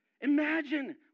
Imagine